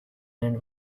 end